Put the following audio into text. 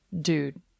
dude